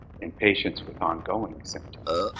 in patients with ongoing symptoms?